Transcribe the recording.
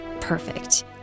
perfect